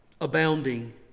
Abounding